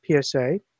PSA